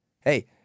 Hey